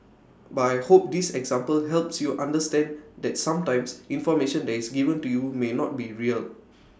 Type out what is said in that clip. but I hope this example helps you understand that sometimes information that is given to you may not be real